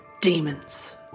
demons